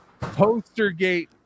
Postergate